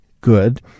good